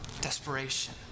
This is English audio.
Desperation